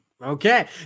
Okay